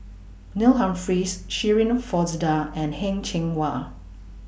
Neil Humphreys Shirin Fozdar and Heng Cheng Hwa